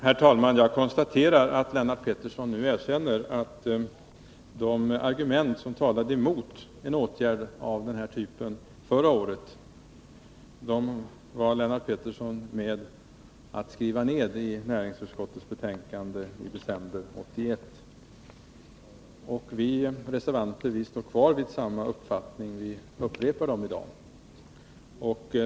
Herr talman! Jag konstaterar att Lennart Pettersson nu erkänner att de argument som talade emot en åtgärd av den här typen förra året, de var Lennart Pettersson med om att skriva ned i näringsutskottets betänkande i december 1981. Vi reservanter står kvar vid samma uppfattning som utskottet intog då och upprepar dessa argument i dag.